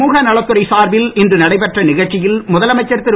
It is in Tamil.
புதுவையில் சமூகநலத் துறை சார்பில் இன்று நடைபெற்ற நிகழ்ச்சியில் முதலமைச்சர் திரு